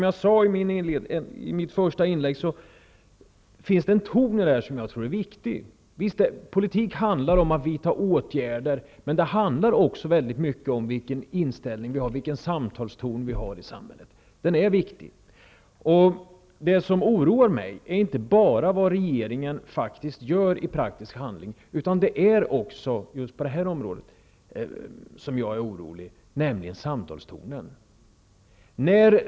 Jag sade i mitt första inlägg att det finns en ton i svaret, som jag tror är viktig. Politik handlar om att vidta åtgärder, men också om vilken inställning vi har och vilken samtalstonen är i samhället. Det som oroar mig är inte bara vad regeringen gör i praktisk handling. Jag är också orolig för samtalstonen.